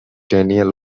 denial